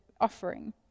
offering